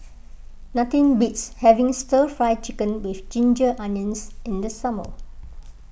nothing beats having Stir Fry Chicken with Ginger Onions in the summer